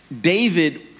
David